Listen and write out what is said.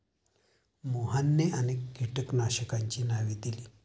मोहनने अनेक कीटकनाशकांची नावे दिली